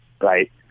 right